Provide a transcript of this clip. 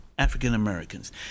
african-americans